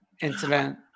incident